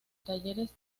talleres